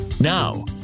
Now